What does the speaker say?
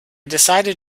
decided